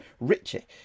Richie